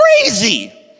crazy